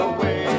Away